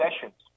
sessions